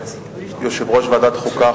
יושב-ראש ועדת החוקה,